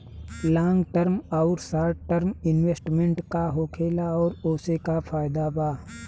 Long term आउर short term investment का होखेला और ओसे का फायदा बा?